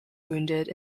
wounded